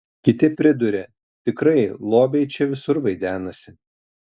kiti priduria tikrai lobiai čia visur vaidenasi